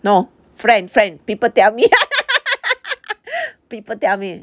no friend friend people tell me people tell me